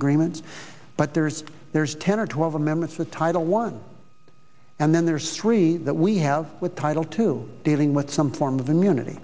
agreements but there's there's ten or twelve amendments that title one and then there's three that we have with title two dealing with some form of immunity